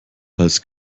als